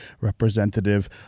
representative